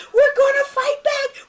we're going to fight back.